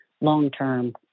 long-term